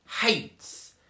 hates